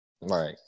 Right